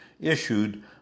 issued